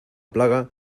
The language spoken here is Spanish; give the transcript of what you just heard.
plaga